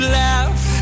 laugh